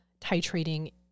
titrating